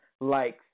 likes